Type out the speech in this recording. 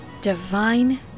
Divine